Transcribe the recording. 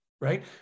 right